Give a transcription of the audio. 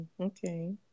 okay